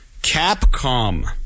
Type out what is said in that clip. Capcom